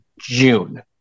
June